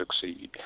succeed